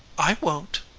i won't.